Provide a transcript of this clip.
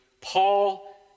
Paul